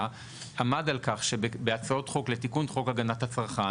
עמד על כך שבהצעות חוק לתיקון חוק להגנת הצרכן,